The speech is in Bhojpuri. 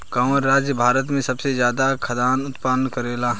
कवन राज्य भारत में सबसे ज्यादा खाद्यान उत्पन्न करेला?